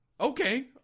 okay